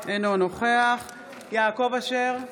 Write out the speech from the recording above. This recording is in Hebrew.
אינו נוכח יעקב אשר,